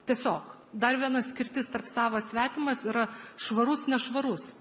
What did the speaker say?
tiesiog dar viena skirtis tarp savas svetimas yra švarus nešvarus